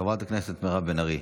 חברת הכנסת מירב בן ארי.